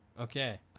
Okay